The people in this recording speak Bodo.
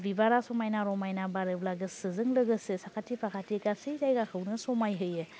बिबारा समायना रमायना बारोब्ला गोसोजों लोगोसे साखाथि फाखाथि गासै जायगाखौनो समाय होयो